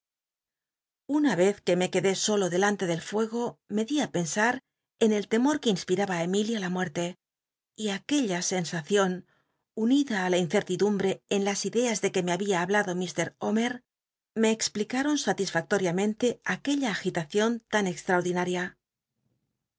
una vez c uc me ucdé solo delante del fuego me dí a pensar en el lemor que inspiraba á emilia la e y aquella scnsacion unida ü la ineertid ummuer l lll'e en las ideas de que me babia hablado li omer me cxplical'on satisfactoriamente aquella agit acion tan